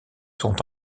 sont